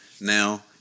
Now